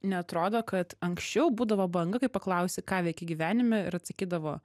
neatrodo kad anksčiau būdavo banga kai paklausi ką veiki gyvenime ir atsakydavo